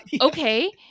okay